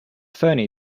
funny